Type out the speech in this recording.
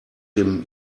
dem